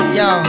yo